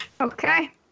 Okay